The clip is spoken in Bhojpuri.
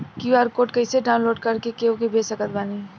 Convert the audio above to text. क्यू.आर कोड कइसे डाउनलोड कर के केहु के भेज सकत बानी?